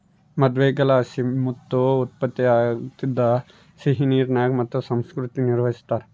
ಮೃದ್ವಂಗಿಲಾಸಿ ಮುತ್ತು ಉತ್ಪತ್ತಿಯಾಗ್ತದ ಸಿಹಿನೀರಿನಾಗ ಮುತ್ತು ಸಂಸ್ಕೃತಿ ನಿರ್ವಹಿಸ್ತಾರ